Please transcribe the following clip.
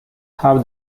how